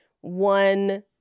one